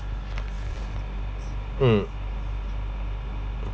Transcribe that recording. mm